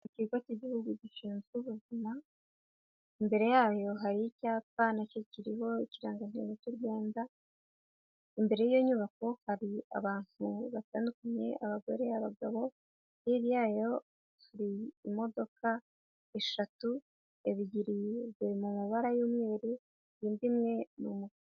Ikigo k'igihugu gishinzwe ubuzima imbere yayo hari icyapa nacyo kiriho ikirangantego cy' Rwanda, imbere y'iyo nyubako hari abantu batandukanye, abagore abagabo, hirya yayo hari imodoka eshatu ebyi ziri mu mabara y'umweru indi imwe ni umukara.